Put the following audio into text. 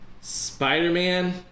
Spider-Man